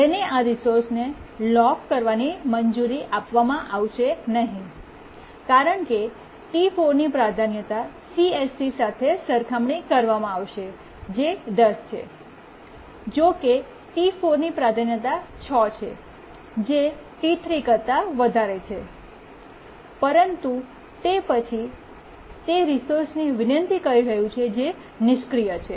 તેને આ રિસોર્સને લોક કરવાની મંજૂરી આપવામાં આવશે નહીં કારણ કે T4 ની પ્રાધાન્યતા CSC સાથે સરખામણી કરવામાં આવશે જે 10 છે જો કે T4 ની પ્રાધાન્યતા 6 છે જે T3 કરતા વધારે છે પરંતુ તે પછી તે રિસોર્સની વિનંતી કરી રહ્યું છે જે નિષ્ક્રિય છે